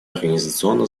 организационно